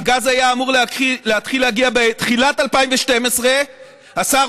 הגז היה אמור להתחיל להגיע בתחילת 2012. השר